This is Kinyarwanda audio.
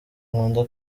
nkunda